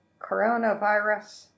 coronavirus